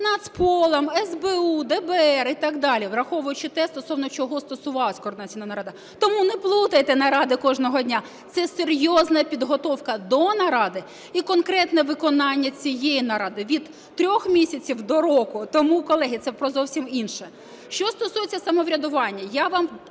Нацполом, СБУ, ДБР і так далі, враховуючи те, стосовно чого стосувалася координаційна рада. Тому не плутайте наради кожного дня. Це серйозна підготовка до наради і конкретне виконання цієї наради – від 3 місяців до року. Тому, колеги, це про зовсім інше. Що стосується самоврядування?